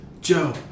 Joe